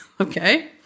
okay